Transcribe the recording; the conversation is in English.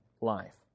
life